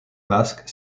basque